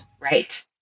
Right